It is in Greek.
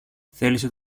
θέλησε